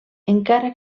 encara